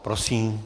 Prosím.